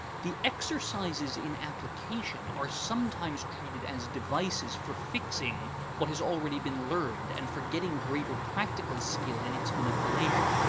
the exercises in application are sometimes treated as devices for fixing what has already been learned and for getting greater practical skill in its manipulation.